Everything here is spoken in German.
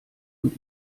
und